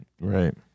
Right